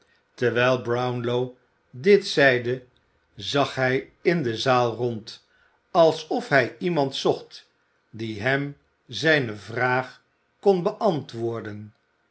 terwijl brownlow dit zeide zag hij in de zaal rond alsof hij iemand zocht die hem zijne vraag kon beantwoorden